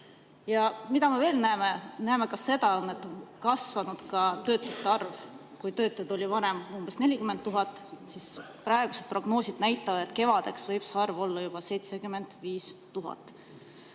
Mida me veel näeme? Näeme ka seda, et on kasvanud töötute arv. Varem oli töötuid umbes 40 000, aga praegused prognoosid näitavad, et kevadeks võib see arv olla juba 75 000.